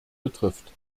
betrifft